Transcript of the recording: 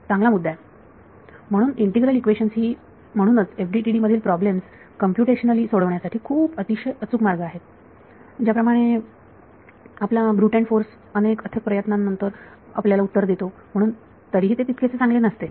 तर चांगला मुद्दा म्हणून इंटिग्रल इक्वेशन्स ही म्हणूनच FDTD मधील प्रॉब्लेम्स कम्प्युटेशनली सोडवण्यासाठी खूप अतिशय अचूक मार्ग आहेत ज्याप्रमाणे आपला ब्रूट अँड फोर्स अनेक प्रयत्नांनंतर अथक प्रयत्नानंतर आपल्याला उत्तर देतो म्हणून तरीही ते तितकेसे चांगले नसते